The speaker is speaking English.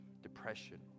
depression